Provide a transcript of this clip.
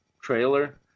trailer